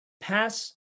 pass